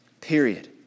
Period